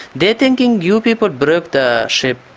they are thinking you people broke the ship,